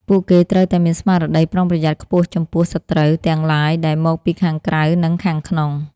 ពួកគេត្រូវតែមានស្មារតីប្រុងប្រយ័ត្នខ្ពស់ចំពោះ «សត្រូវ» ទាំងឡាយដែលមកពីខាងក្រៅ និងខាងក្នុង។